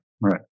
right